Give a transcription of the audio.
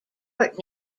port